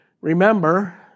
remember